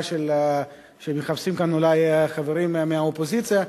שמחפשים כאן אולי החברים מהאופוזיציה.